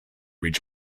reach